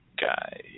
guy